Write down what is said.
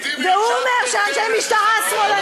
והוא אומר שאנשי משטרה שמאלנים.